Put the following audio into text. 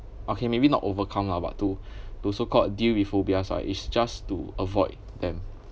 okay maybe not overcome lah but to to so called deal with phobias lah it's just to avoid them